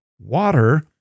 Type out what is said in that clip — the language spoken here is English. water